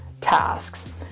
tasks